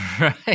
right